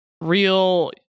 real